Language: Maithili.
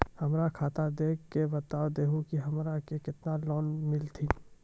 हमरा खाता देख के बता देहु के हमरा के केतना लोन मिलथिन?